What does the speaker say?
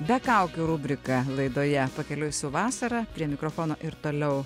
be kaukių rubrika laidoje pakeliui su vasara prie mikrofono ir toliau